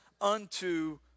unto